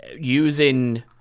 using